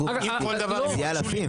זה יהיה אלפים.